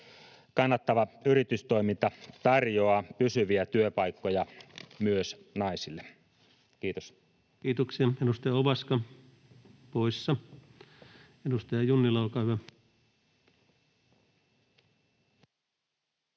Kannattava yritystoiminta tarjoaa pysyviä työpaikkoja myös naisille. — Kiitos. Kiitoksia. — Edustaja Ovaska poissa. — Edustaja Junnila, olkaa hyvä.